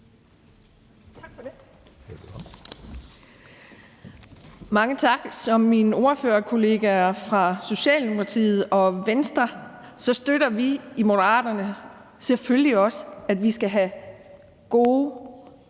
Tak for det.